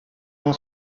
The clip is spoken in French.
m’en